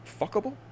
Fuckable